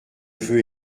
veux